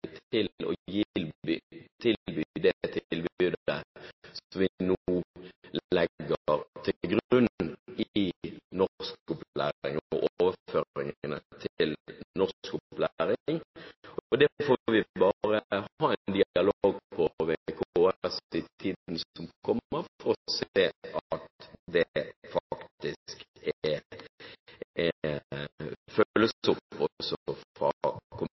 til å gi det tilbudet som vi nå legger til grunn, i norskopplæringen og i overføringene til norskopplæring. Det får vi bare ha en dialog på med KS i tiden som kommer, for å se at det faktisk følges opp også fra